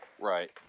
right